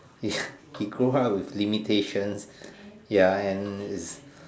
he grow up with limitation ya and is